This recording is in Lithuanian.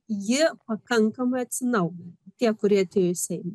ji pakankamai atsinaujina tie kurie atėjo į seimą